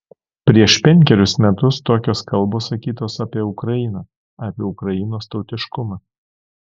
prieš penkerius metus tokios kalbos sakytos apie ukrainą apie ukrainos tautiškumą